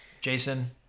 Jason